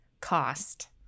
cost